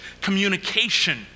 communication